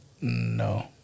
No